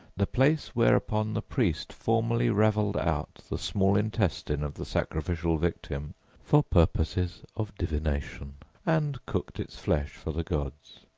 the place whereupon the priest formerly raveled out the small intestine of the sacrificial victim for purposes of divination and cooked its flesh for the gods.